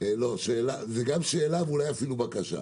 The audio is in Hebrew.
שאלה ואולי אפילו בקשה.